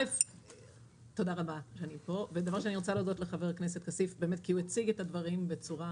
אני רוצה להודות לחבר הכנסת כסיף כי הוא הציג את הדברים בצורה